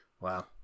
Wow